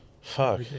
Fuck